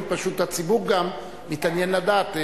פשוט הציבור גם מתעניין לדעת,